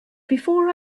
before